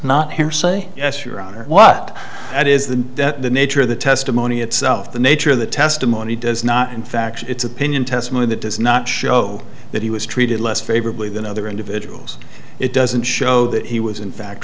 honor what that is the nature of the testimony itself the nature of the testimony does not in fact it's opinion testimony that does not show that he was treated less favorably than other individuals it doesn't show that he was in fact